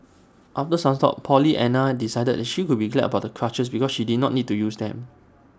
after some thought Pollyanna decided she could be glad about the crutches because she did not need to use them